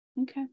Okay